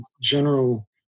general